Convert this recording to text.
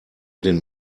den